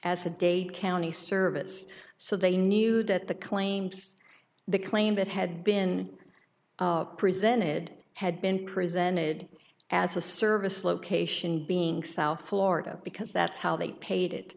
as a day county service so they knew that the claims the claim that had been presented had been presented as a service location being south florida because that's how they paid